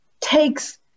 takes